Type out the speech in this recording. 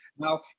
Now